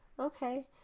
Okay